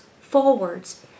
forwards